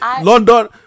London